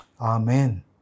Amen